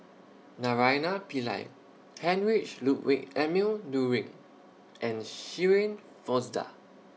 Naraina Pillai Heinrich Ludwig Emil Luering and Shirin Fozdar